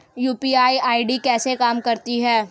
UPI ID कैसे काम करता है?